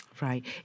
Right